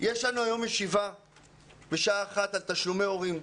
היום בשעה 1:00 יש ישיבה על תשלומי הורים.